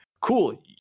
cool